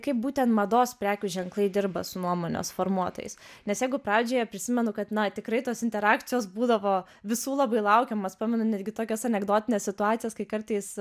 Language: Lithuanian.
kaip būtent mados prekių ženklai dirba su nuomonės formuotojais nes jeigu pradžioje prisimenu kad na tikrai tos interakcijos būdavo visų labai laukiamos pamenu netgi tokias anekdotines situacijas kai kartais